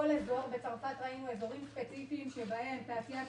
בצרפת ראינו אזורים ספציפיים שבהם תעשיית